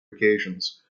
occasions